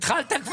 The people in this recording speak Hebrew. התחלת?